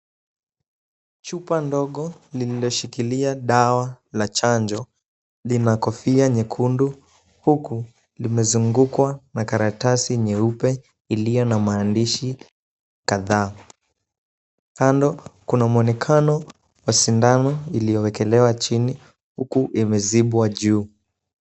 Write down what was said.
Chupa ndogo lililoshikilia dawa la chanjo, lina kofia nyekundu huku limezungukwa na karatasi nyeupe iliyo na maandishi kadhaa. Kando kuna mwonekano wa sindano iliyowekelewa chini huku imezibwa juu.